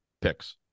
picks